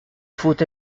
faut